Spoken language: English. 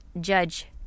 judge